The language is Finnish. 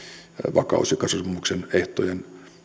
kaus ja kasvusopimuksen ehtojen